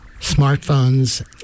smartphones